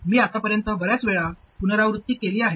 मी आत्तापर्यंत बर्याच वेळा पुनरावृत्ती केली आहे